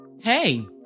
Hey